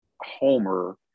Homer